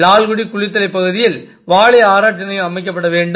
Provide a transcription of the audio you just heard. லால்குடி குளிக்கலைபகுதியில்வாழைஆராய்ச்சிநிலையம்அமைக்க ப்படவேண்டும்